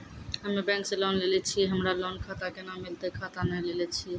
हम्मे बैंक से लोन लेली छियै हमरा लोन खाता कैना मिलतै खाता नैय लैलै छियै?